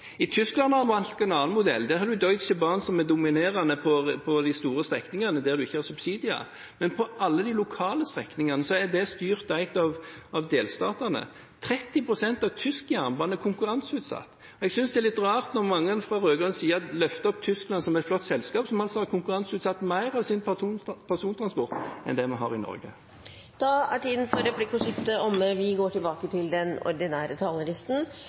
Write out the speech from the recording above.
I Tyskland har de valgt en annen modell. Der har de Deutsche Bahn, som er dominerende på de store strekningene, der man ikke har subsidier. Men alle de lokale strekningene er styrt og eid av delstatene. 30 pst. av tysk jernbane er konkurranseutsatt. Jeg synes det er litt rart når mange fra rød-grønn side løfter opp det tyske som et flott selskap, som altså har konkurranseutsatt mer av sin persontransport enn det vi har i Norge. Replikkordskiftet er omme. Arbeiderpartiets mål er at hele den trafikkveksten vi kommer til